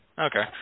Okay